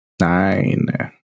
nine